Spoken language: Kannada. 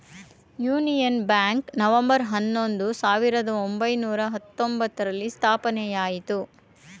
ಯೂನಿಯನ್ ಬ್ಯಾಂಕ್ ನವೆಂಬರ್ ಹನ್ನೊಂದು, ಸಾವಿರದ ಒಂಬೈನೂರ ಹತ್ತೊಂಬ್ತರಲ್ಲಿ ಸ್ಥಾಪನೆಯಾಯಿತು